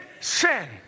sin